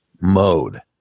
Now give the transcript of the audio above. mode